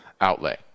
outlay